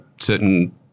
certain